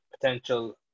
potential